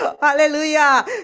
hallelujah